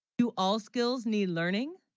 do all skills need, learning